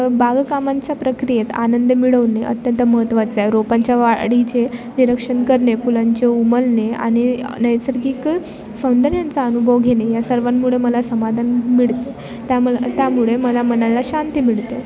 बागकामांचा प्रक्रियेत आनंद मिळवणे अत्यंत महत्त्वाचं आहे रोपांच्या वाढीचे निरीक्षण करणे फुलांचे उमलणे आणि नैसर्गिक सौंदर्यांचा अनुभव घेणे या सर्वांमुळे मला समाधान मिळते त्या मला त्यामुळे मला मनाला शांती मिळतं